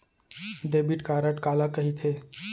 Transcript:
Debit card काला कहिथे?